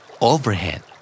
Overhead